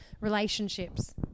relationships